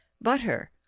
butter